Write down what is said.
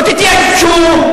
לא תתייבשו,